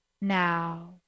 now